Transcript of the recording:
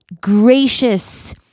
gracious